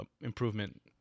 improvement